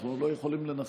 אנחנו לא יכולים לנחש.